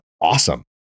awesome